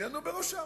נענעו בראשם.